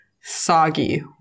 soggy